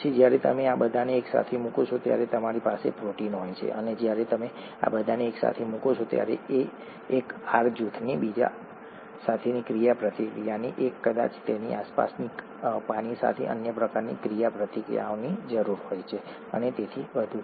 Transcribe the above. પછી જ્યારે તમે આ બધાને એકસાથે મૂકો છો ત્યારે તમારી પાસે પ્રોટીન હોય છે અને જ્યારે તમે આ બધાને એકસાથે મૂકો છો ત્યારે એક R જૂથની બીજા સાથેની ક્રિયાપ્રતિક્રિયાની અને કદાચ તેની આસપાસના પાણી સાથે અન્ય પ્રકારની ક્રિયાપ્રતિક્રિયાઓની જરૂર હોય છે અને તેથી વધુ